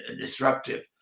disruptive